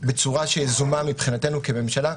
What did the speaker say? בצורה יזומה מבחינתנו כממשלה,